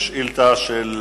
יש עוד שאילתא